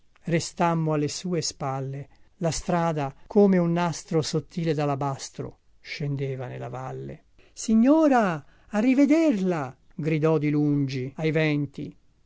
restammo alle sue spalle la strada come un nastro sottile dalabastro scendeva nella valle signora arrivederla gridò di lungi ai venti